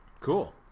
Cool